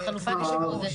זה חופת אשפוז.